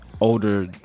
older